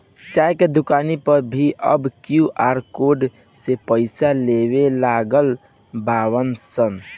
चाय के दुकानी पअ भी अब क्यू.आर कोड से पईसा लेवे लागल बानअ सन